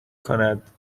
کند